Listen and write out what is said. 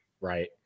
Right